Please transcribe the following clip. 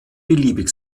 beliebig